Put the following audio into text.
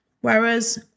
Whereas